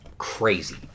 crazy